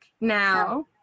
now